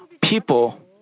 people